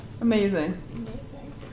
Amazing